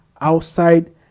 outside